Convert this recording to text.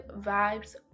vibes